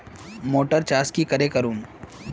Motor चास की करे करूम?